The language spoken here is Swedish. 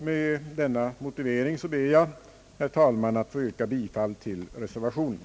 Med denna motivering, herr talman, ber jag att få yrka bifall till reservationen.